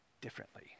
differently